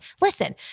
Listen